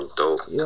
dope